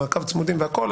מעקבים צמודים והכל,